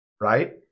right